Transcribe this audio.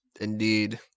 Indeed